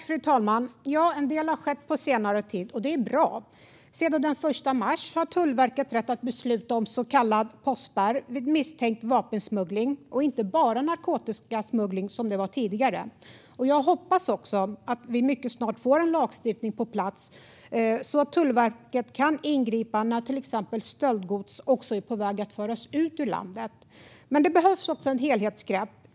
Fru talman! Ja, en del har skett på senare tid. Det är bra. Sedan den 1 mars har Tullverket rätt att besluta om så kallad postspärr vid misstänkt vapensmuggling, inte bara vid narkotikasmuggling som det var tidigare. Jag hoppas att vi mycket snart får en lagstiftning på plats för att Tullverket också ska kunna ingripa till exempel när stöldgods är på väg att föras ut ur landet. Det behövs också ett helhetsgrepp.